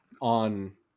on